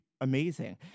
amazing